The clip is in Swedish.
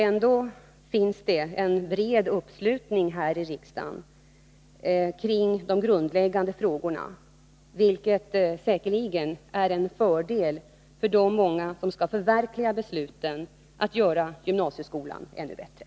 Ändå finns det en bred uppslutning här i riksdagen kring de grundläggande frågorna, vilket säkerligen är en fördel för de många som skall förverkliga besluten att göra gymnasieskolan ännu bättre.